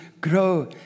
grow